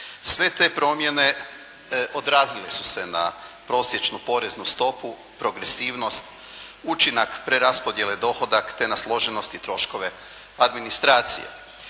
Sve te promjene odrazile su se na prosječnu poreznu stopu, progresivnost, učinak preraspodjele, dohodak, te na složenost i troškove administracije.